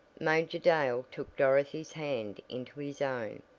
major dale took dorothy's hand into his own.